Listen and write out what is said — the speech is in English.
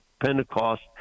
Pentecost